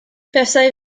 buasai